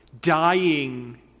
dying